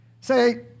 Say